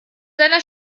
deiner